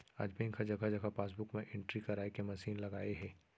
आज बेंक ह जघा जघा पासबूक म एंटरी कराए के मसीन लगाए हे